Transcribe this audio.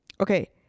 okay